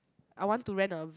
I want to rent a